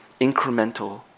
incremental